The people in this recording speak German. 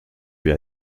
für